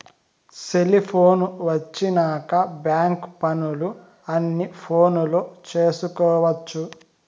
cellphone వచ్చినాక bank పనులు అన్ని ఫోనులో చేసుకొవచ్చు